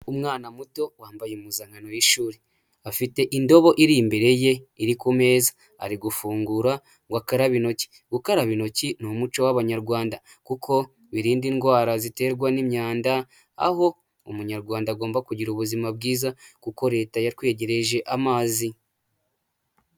Umwana muto wambaye impuzankano y'ishuri, afite indobo iri imbere ye iri ku meza ari gufungura ngo akarabe intoki. Gukaraba intoki ni umuco w'Abanyarwanda kuko birinda indwara ziterwa n'imyanda aho umunyarwanda agomba kugira ubuzima bwiza kuko Leta yatwegereje amazi.